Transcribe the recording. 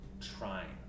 trying